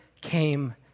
came